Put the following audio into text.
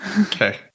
Okay